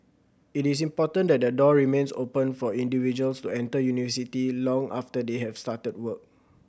it is important that the door remains open for individuals to enter university long after they have started work